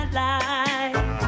light